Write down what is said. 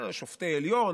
שופטי העליון,